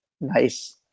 nice